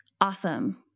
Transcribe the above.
Awesome